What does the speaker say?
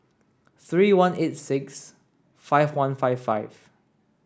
three one eight six five one five five